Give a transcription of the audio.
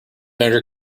manager